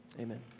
Amen